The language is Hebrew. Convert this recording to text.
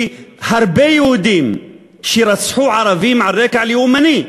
שהרבה יהודים שרצחו ערבים על רקע לאומני,